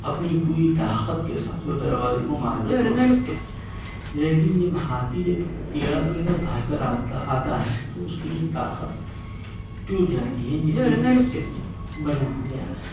اپنی پوری طاقت کے ساتھ وہ دروازے کو مار کر توڑ سکتا ہے لیکن جب ہاتھی جب ٹیرا بنگا بھاگ کر آتا آتا ہے تو اس کی طاقت ٹوٹ جاتی ہے جس کی وجہ سے وہ بنایا گیا ہے